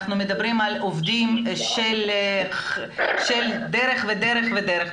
אנחנו מדברים על עובדים של דרך ודרך ודרך,